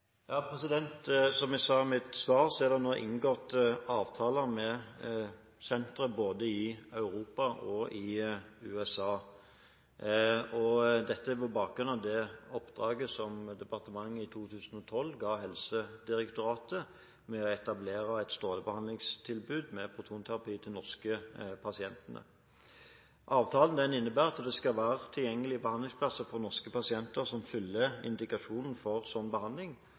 Som jeg sa i mitt svar, er det nå inngått avtaler med sentre både i Europa og i USA. Dette på bakgrunn av det oppdraget som departementet i 2012 ga Helsedirektoratet med å etablere et strålebehandlingstilbud med protonterapi til norske pasienter. Avtalen innebærer at det skal være tilgjengelige behandlingsplasser for norske pasienter som fyller indikasjonen for slik behandling.